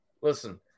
Listen